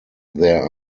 there